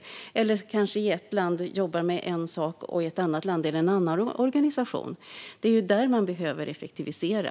Det kan också vara så att man i ett land jobbar med en viss sak medan den görs av en annan organisation i ett annat land. Det är där man behöver effektivisera.